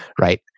Right